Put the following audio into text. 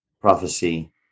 prophecy